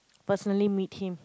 personally meet him